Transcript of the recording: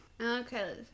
Okay